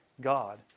God